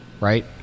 right